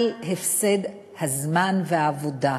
כלשהו על הפסד הזמן והעבודה.